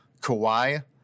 Kawhi